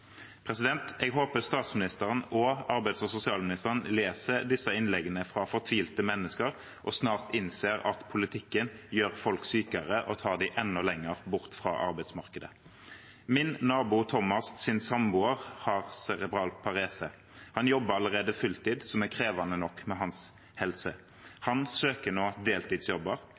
Jeg håper at statsministeren og arbeids- og sosialministeren leser disse innleggene fra fortvilte mennesker og snart innser at politikken gjør folk sykere og tar dem enda lenger bort fra arbeidsmarkedet. Min nabo Thomas’ samboer har cerebral parese. Han jobber allerede fulltid, som er krevende nok med hans helse. Han søker nå deltidsjobber